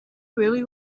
really